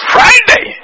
Friday